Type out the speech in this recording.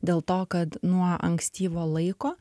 dėl to kad nuo ankstyvo laiko